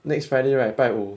next friday right 拜五